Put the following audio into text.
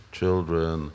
children